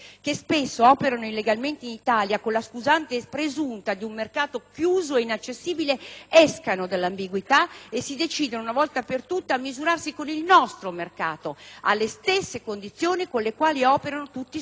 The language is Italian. escano dall'ambiguità e si decidano, una volta per tutte, a misurarsi con il nostro mercato alle stesse condizioni con le quali operano tutti i soggetti concessionari. Il tutto nel rispetto di quella linea annunciata dal Governo